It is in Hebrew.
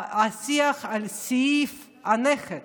השיח על סעיף הנכד